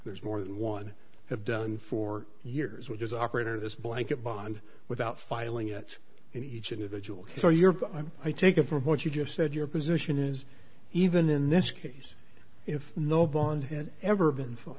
there's more than one have done for years which is operator this blanket bond without filing it in each individual so you're i take it for what you just said your position is even in this case if no bond had ever been